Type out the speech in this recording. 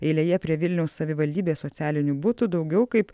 eilėje prie vilniaus savivaldybės socialinių butų daugiau kaip